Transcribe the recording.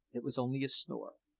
it was only a snore.